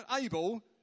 able